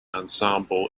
ensemble